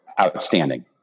outstanding